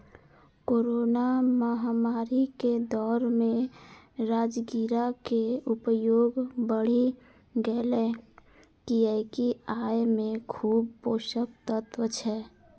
corona महामारी के दौर मे राजगिरा के उपयोग बढ़ि गैले, कियैकि अय मे खूब पोषक तत्व छै